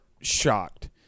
shocked